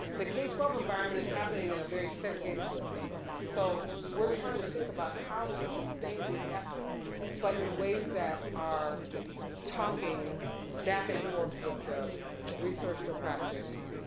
the k twelve environment is happening in a very segregated system so we're trying to think about how do we sustain these efforts but in ways that are talking back and forth with the research to practice,